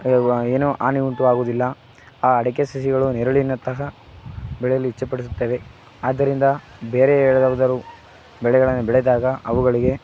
ಏನು ಹಾನಿ ಉಂಟು ಆಗುವುದಿಲ್ಲ ಆ ಅಡಿಕೆ ಸಸಿಗಳು ನೆರಳಿನಂತಹ ಗಳಲ್ಲಿ ಚಪ್ಪಡಿಸುತ್ತವೆ ಆದ್ದರಿಂದ ಬೇರೆ ಯಾವುದಾದ್ರೂ ಬೆಳೆಗಳನ್ನು ಬೆಳೆದಾಗ ಅವುಗಳಿಗೆ